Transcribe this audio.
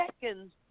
seconds